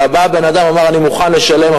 ובא הבן-אדם ואמר: אני מוכן לשלם,